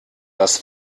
das